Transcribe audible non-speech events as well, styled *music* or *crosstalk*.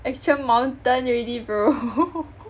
actual mountain already bro *laughs*